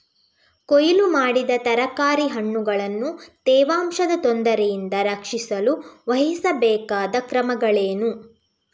ಕೊಯ್ಲು ಮಾಡಿದ ತರಕಾರಿ ಹಣ್ಣುಗಳನ್ನು ತೇವಾಂಶದ ತೊಂದರೆಯಿಂದ ರಕ್ಷಿಸಲು ವಹಿಸಬೇಕಾದ ಕ್ರಮಗಳೇನು?